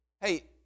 hey